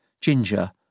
ginger